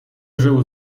żył